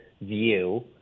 view